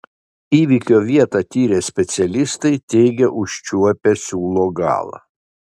įvykio vietą tyrę specialistai teigia užčiuopę siūlo galą